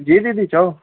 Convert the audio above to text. जी दीदी चओ